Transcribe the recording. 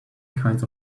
kinds